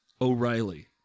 O'Reilly